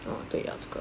oh 对了这个